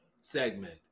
segment